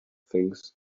things